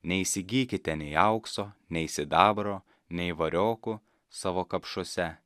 neįsigykite nei aukso nei sidabro nei variokų savo kapšuose